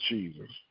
Jesus